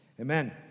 Amen